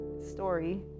story